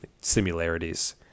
similarities